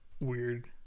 weird